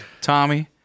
tommy